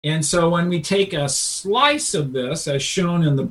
And so when we take a slice of this as shown in the.